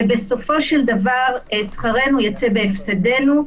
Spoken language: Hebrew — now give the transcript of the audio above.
ובסופו של דבר שכרנו יצא בהפסדנו,